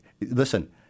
listen